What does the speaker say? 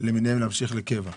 למיניהן להמשיך קבע.